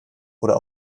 oder